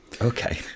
Okay